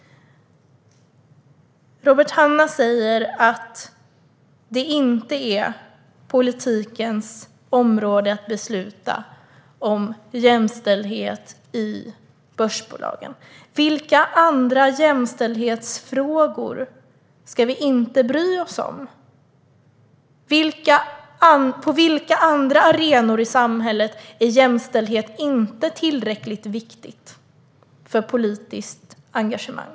Robert Hannah säger att det inte är politikens område att besluta om jämställdhet i börsbolagen. Vilka andra jämställdhetsfrågor ska vi inte bry oss om? På vilka andra arenor i samhället är jämställdhet inte tillräckligt viktig för politiskt engagemang?